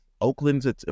Oakland's